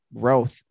growth